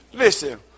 listen